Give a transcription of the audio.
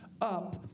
up